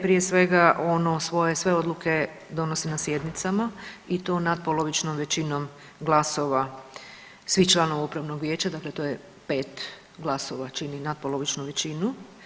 Prije svega ono svoje sve odluke donosi na sjednicama i to natpolovičnom većinom glasova svih članova upravnog vijeća, dakle to je 5 glasova čini natpolovičnu većinu.